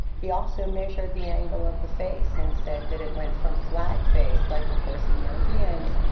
he also measured the angle of the face, and said that it went from flat face, like of course in europeans,